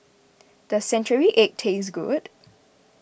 does Century Egg taste good